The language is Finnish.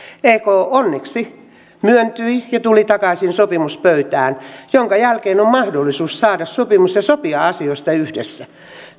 ek onneksi myöntyi ja tuli takaisin sopimuspöytään minkä jälkeen on mahdollisuus saada sopimus ja sopia asioista yhdessä